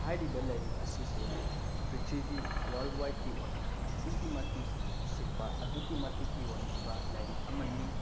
ꯍꯥꯏꯔꯤꯕ ꯂꯥꯏꯔꯤꯛ ꯑꯁꯤꯁꯦ ꯄꯤꯛꯊ꯭ꯔꯤꯕꯤ ꯋꯥꯔꯜ ꯋꯥꯏꯠꯀꯤ ꯑꯣꯏꯅ ꯑꯗꯨꯛꯀꯤ ꯃꯇꯤꯛ ꯁꯤꯠꯄ ꯑꯗꯨꯛꯀꯤ ꯃꯇꯤꯛ ꯌꯣꯟꯈꯤꯕ ꯂꯥꯏꯔꯤꯛ ꯑꯃꯅꯤ